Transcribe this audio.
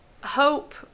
Hope